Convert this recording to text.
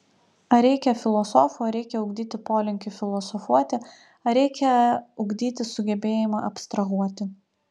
ar reikia filosofų ar reikia ugdyti polinkį filosofuoti ar reikia ugdyti sugebėjimą abstrahuoti